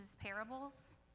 parables